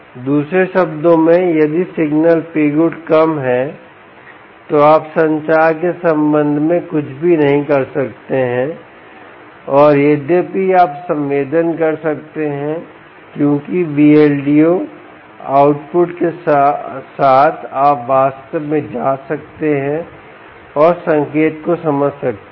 दूसरे शब्दों में यदि सिग्नल Pgood कम है तो आप संचार के संबंध में कुछ भी नहीं कर सकते हैं और यद्यपि आप संवेदन कर सकते हैं क्योंकि Vldo आउटपुट के साथ आप वास्तव में जा सकते हैं और संकेत को समझ सकते हैं